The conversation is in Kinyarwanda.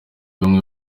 bamwe